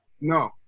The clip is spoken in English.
no